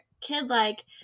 kid-like